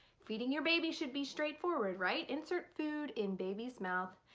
feeding your baby should be straightforward right? insert food in baby's mouth,